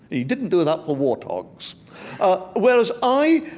he didn't do that for warthogs ah, whereas i,